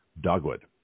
dogwood